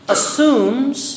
Assumes